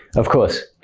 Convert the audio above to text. of course.